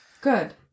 Good